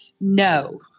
No